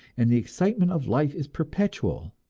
and the excitement of life is perpetual.